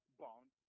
bond